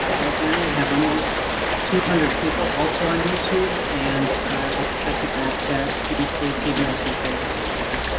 ah right now we have almost two hundred people also on youtube and are expecting that to to increase even as we go this morning.